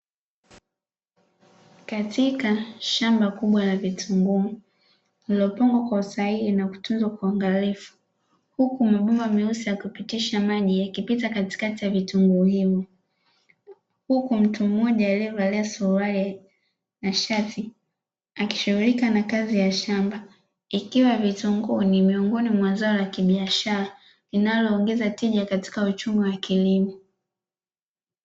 Katika shamba kubwa la vitunguu lililopangwa kwa usahihi na kutunzwa kwa uangalifu huku mabomba meusi ya kupitisha maji, yakipita katikati ya vitunguu hivyo. Huku mtu mmoja aliyevalia suruali na shati akishughulika na kazi za shamba. Ikiwa vitunguu ni miongoni wa zao la kibiashara linaloongeza tija katika uchumi wa kilimo.